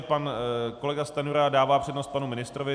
Pan kolega Stanjura dává přednost panu ministrovi.